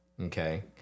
Okay